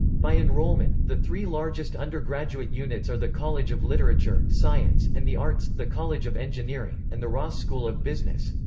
by enrollment, the three largest undergraduate units are the college of literature, science, and the arts, the college of engineering, and the ross school of business.